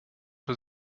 für